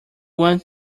want